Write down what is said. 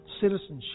citizenship